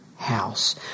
house